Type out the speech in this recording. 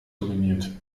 dominiert